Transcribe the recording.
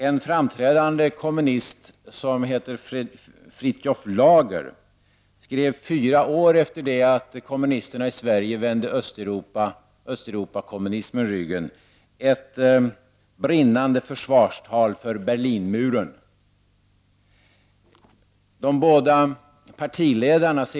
En framträdande kommunist som hette Fritjof Lager skrev fyra år efter det att kommunisterna i Sverige vände östeuropakommunismen ryggen ett brinnande försvarstal för Berlinmuren. De båda partiledarna C.